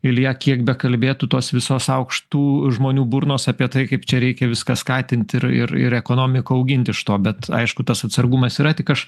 ilja kiek bekalbėtų tos visos aukštų žmonių burnos apie tai kaip čia reikia viską skatinti ir ir ir ekonomiką auginti iš to bet aišku tas atsargumas yra tik aš